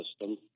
system